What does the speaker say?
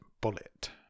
Bullet